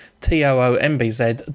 T-O-O-M-B-Z